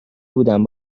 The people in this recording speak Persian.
بودم